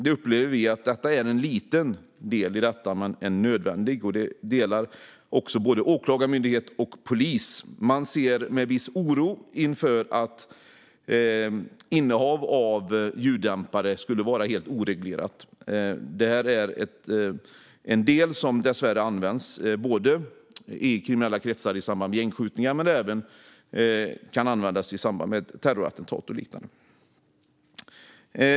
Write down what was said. Vi upplever att det här är en liten men nödvändig del i detta. Både åklagarmyndighet och polis delar den åsikten. Man ser med viss oro på en situation där innehav av ljuddämpare skulle vara helt oreglerat. Detta är en del som dessvärre används både i kriminella kretsar i samband med gängskjutningar och i samband med terrorattentat och liknande.